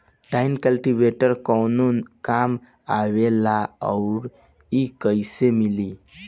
Tine cultivator कवने काम आवेला आउर इ कैसे मिली?